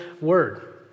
word